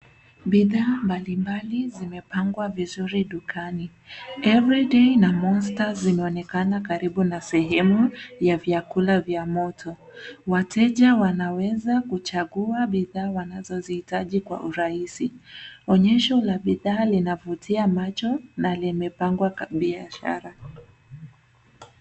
Bidhaa mbalimbali zimepangwa vizuri dukani. Eveready na Monster, zinaonekana, karibu na sehemu ya vyakula vya moto. Wateja wanaweza kuchagua bidhaa, wanazohitaji kwa urahisi. Onyesho la bidhaa, linavutia macho na limepangwa ka biashara.